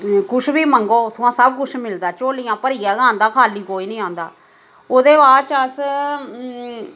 कुछ बी मंग्गो उ'त्थुआं सब कुछ मिलदा झोलियां भरियै गै आंदा खा'ल्ली कोई निं आंदा ओह्दे बाद च अस